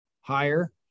higher